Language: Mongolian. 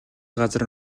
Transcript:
газар